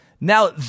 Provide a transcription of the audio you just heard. Now